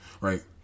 Right